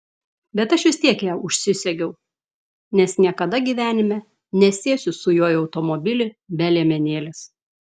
bet aš vis tiek ją užsisegiau nes niekada gyvenime nesėsiu su juo į automobilį be liemenėlės